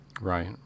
Right